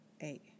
eight